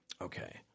Okay